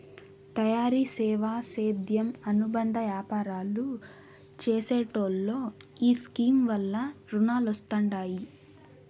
తయారీ, సేవా, సేద్యం అనుబంద యాపారాలు చేసెటోల్లో ఈ స్కీమ్ వల్ల రునాలొస్తండాయి